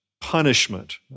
punishment